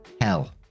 hell